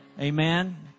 Amen